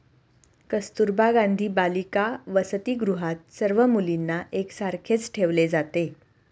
कस्तुरबा गांधी बालिका वसतिगृहात सर्व मुलींना एक सारखेच ठेवले जाते